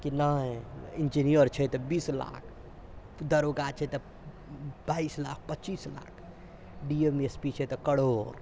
कि नहि इन्जीनियर छै तऽ बीस लाख दरोगा छै तऽ बाइस लाख पच्चीस lakh D M S P छै तऽ करोड़